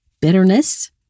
bitterness